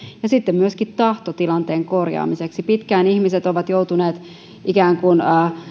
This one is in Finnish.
ja sitten myöskin tahto tilanteen korjaamiseksi pitkään ihmiset ovat joutuneet ikään kuin